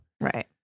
Right